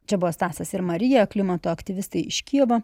čia buvo stasas ir marija klimato aktyvistai iš kijevo